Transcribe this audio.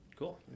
Cool